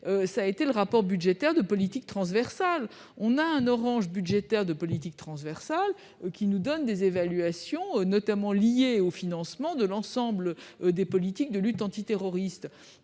lutte le rapport budgétaire de politique transversale. L'orange budgétaire de politique transversale nous donne des évaluations, qui sont notamment liées au financement de l'ensemble des politiques de lutte antiterroriste.